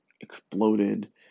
exploded